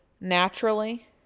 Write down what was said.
naturally